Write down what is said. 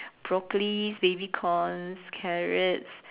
broccolis baby corns carrots